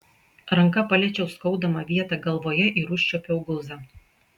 ranka paliečiau skaudamą vietą galvoje ir užčiuopiau guzą